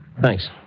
Thanks